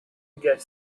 get